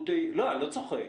אני לא צוחק.